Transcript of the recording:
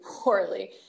poorly